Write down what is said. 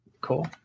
Cool